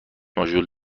ماژول